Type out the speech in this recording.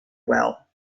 well